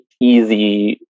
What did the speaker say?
easy